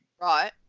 Right